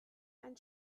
ein